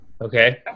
okay